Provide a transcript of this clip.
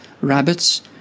rabbits